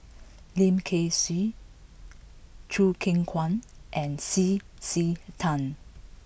Lim Kay Siu Choo Keng Kwang and C C Tan